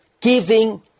giving